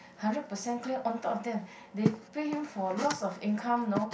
hundred percent clear on top of them they pay him for lots of income you know